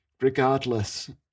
regardless